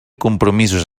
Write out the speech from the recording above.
compromisos